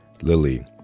lily